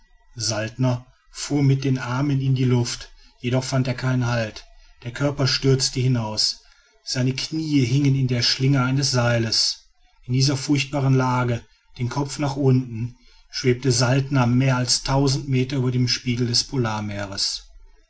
fuhr mit den armen in die luft jedoch er fand keinen halt der körper stürzte hinaus seine knie hingen in der schlinge eines seiles in dieser furchtbaren lage den kopf nach unten schwebte saltner mehr als tausend meter über dem spiegel des